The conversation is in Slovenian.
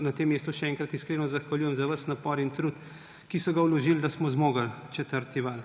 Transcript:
na tem mestu še enkrat iskreno zahvaljujem za ves napor in trud, ki so ga vložili, da smo zmogli četrti val.